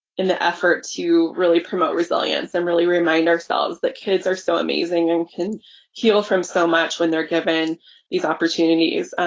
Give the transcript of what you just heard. in the effort to really promote resilience and really remind ourselves that kids are so amazing and can heal from so much when they're given given these opportunities.